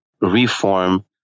reform